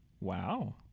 Wow